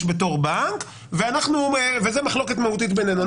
בתור בנק וזו מחלוקת מהותית בינינו.